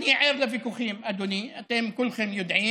אני ער לוויכוחים, אדוני, אתם כולם יודעים,